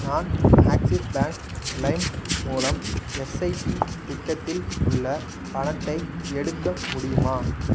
நான் Axis Bank லைம் மூலம் எஸ்ஐபி திட்டத்தில் உள்ள பணத்தை எடுக்க முடியுமா